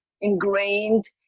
ingrained